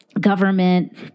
government